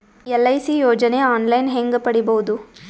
LIC ಯೋಜನೆ online ಹೇಂಗ ಪಡಿಬಹುದು?